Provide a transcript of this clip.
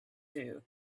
two